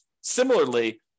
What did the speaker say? Similarly